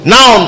Now